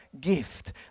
gift